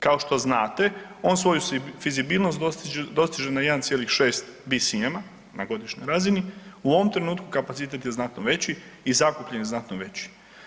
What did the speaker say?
Kao što znate on svoju fizibilnost dostiže na 1,6 bsm na godišnjoj razini, u ovom trenutku kapacitet je znatno veći i zakupljen je znatno veći.